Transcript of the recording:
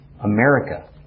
America